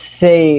say